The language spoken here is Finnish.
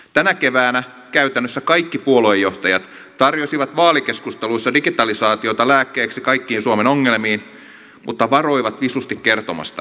tänä keväänä käytännössä kaikki puoluejohtajat tarjosivat vaalikeskusteluissa digitalisaatiota lääkkeeksi kaikkiin suomen ongelmiin mutta varoivat visusti kertomasta mitä se on